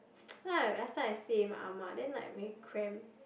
last time I stay with my Ah-Ma then like very cramp